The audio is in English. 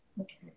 Okay